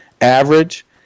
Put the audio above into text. average